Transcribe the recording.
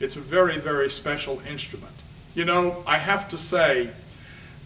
it's a very very special instrument you know i have to say